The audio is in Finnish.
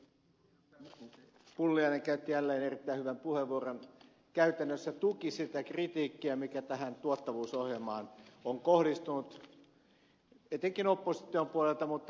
pulliainen käytti jälleen erittäin hyvän puheenvuoron käytännössä tuki sitä kritiikkiä mikä tähän tuottavuusohjelmaan on kohdistunut etenkin opposition puolelta mutta ed